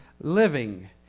living